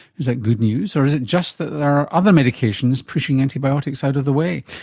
is that good news or is it just that there are other medications pushing antibiotics out of the way?